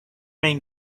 main